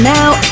now